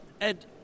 Ed